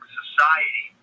society